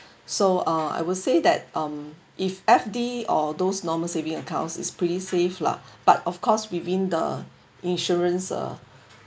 so ah I will say that um if F_D or those normal saving accounts is pretty safe lah but of course within the insurance uh